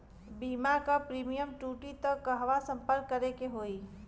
बीमा क प्रीमियम टूटी त कहवा सम्पर्क करें के होई?